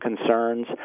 concerns